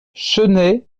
chennai